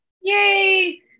yay